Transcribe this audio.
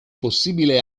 possibile